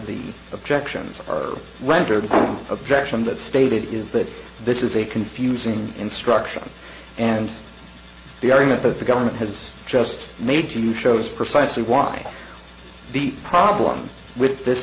the objections are rendered the objection that stated is that this is a confusing instruction and the argument that the government has just made to shows precisely why the problem with this